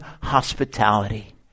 hospitality